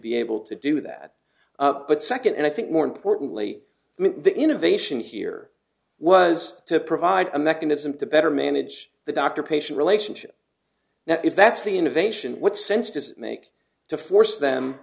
be able to do that but second and i think more importantly the innovation here was to provide a mechanism to better manage the doctor patient relationship now if that's the innovation what sense does it make to force them